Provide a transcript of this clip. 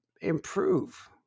improve